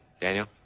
Daniel